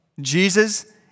Jesus